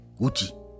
Gucci